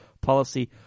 policy